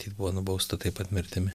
matyt buvo nubausta taip pat mirtimi